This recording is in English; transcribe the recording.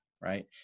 right